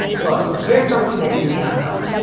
look, here's something that you may not know.